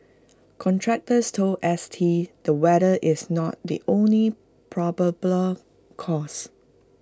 contractors told S T the weather is not the only probable cause